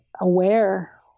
aware